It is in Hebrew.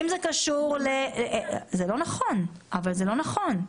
אבל זה לא נכון,